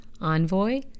Envoy